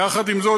יחד עם זאת,